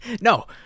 no